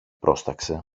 πρόσταξε